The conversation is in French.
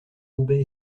roubaix